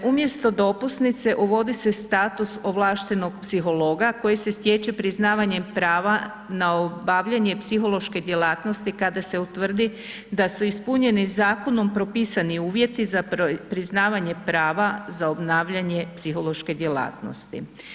Umjesto dopusnice uvodi se status ovlaštenog psihologa koji se stječe priznavanjem prava na obavljanje psihološke djelatnosti kada se utvrdi da su ispunjeni zakonom propisani uvjeti za priznavanje prava za obnavljanje psihološke djelatnosti.